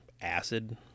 Acid